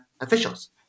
officials